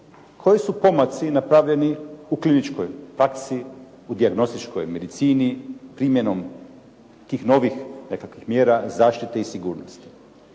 koji su pomaci napravljeni u kliničkoj akciji u dijagnostičkoj medicini primjenom tih novih nekakvih mjera zaštite i sigurnosti.